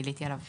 גיליתי עליו פה.